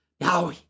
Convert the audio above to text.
Now